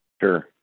Sure